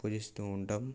పూజిస్తూ ఉంటాం